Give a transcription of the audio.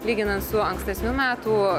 lyginant su ankstesnių metų